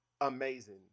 amazing